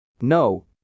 No